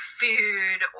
food